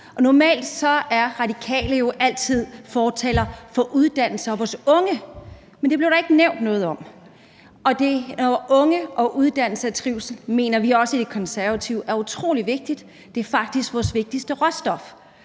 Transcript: Normalt er Radikale jo altid fortaler for uddannelse og vores unge, men det blev der ikke nævnt noget om, og unge, uddannelse og trivsel mener vi også i Konservative er utrolig vigtigt. Det er faktisk vores vigtigste råstof.